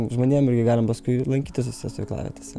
žmonėm irgi galim paskui lankytis stovyklavietėse